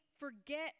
Forget